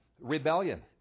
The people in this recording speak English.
Rebellion